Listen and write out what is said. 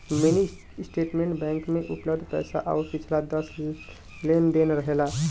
mini statement bank में उपलब्ध पैसा आउर पिछला दस लेन देन रहेला